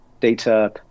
data